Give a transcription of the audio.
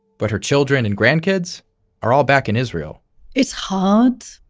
but her children and grandkids are all back in israel it's hard.